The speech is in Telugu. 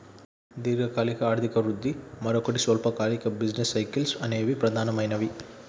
దీర్ఘకాలిక ఆర్థిక వృద్ధి, మరోటి స్వల్పకాలిక బిజినెస్ సైకిల్స్ అనేవి ప్రధానమైనవి